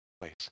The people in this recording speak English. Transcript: place